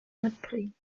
mitbringen